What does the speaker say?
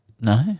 No